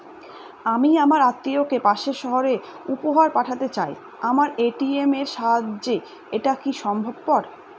আমি আমার আত্মিয়কে পাশের সহরে উপহার পাঠাতে চাই আমার এ.টি.এম এর সাহায্যে এটাকি সম্ভবপর?